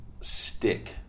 stick